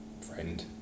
friend